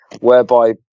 whereby